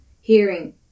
Hearing